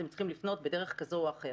אתם צריכים לפנות בדרך כזו או אחרת.